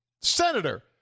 Senator